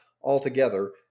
altogether